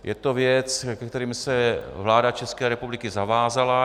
Je to věc, ke které se vláda České republiky zavázala.